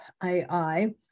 AI